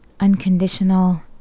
unconditional